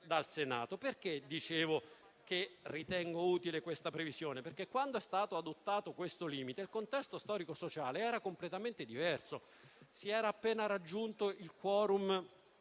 Senato. Dicevo che ritengo utile questa previsione perché, quando è stato adottato questo limite, il contesto storico-sociale era completamente diverso: si era appena raggiunto il suffragio